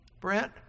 Brent